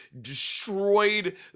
destroyed